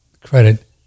credit